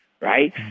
right